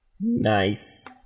Nice